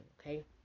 okay